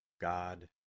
God